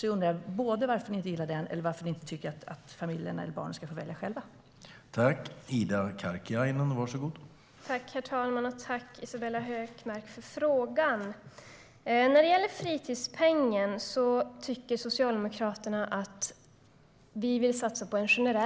Jag undrar både varför ni inte gillar det och varför ni inte tycker att familjerna eller barnen själva ska få välja.